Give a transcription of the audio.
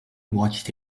watched